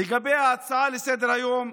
לגבי ההצעה לסדר-היום,